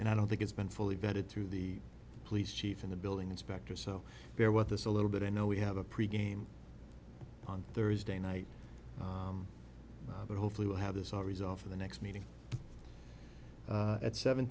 and i don't think it's been fully vetted through the police chief in the building inspector so there was this a little bit i know we have a pre game on thursday night but hopefully we'll have this all resolved for the next meeting at seven